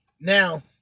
Now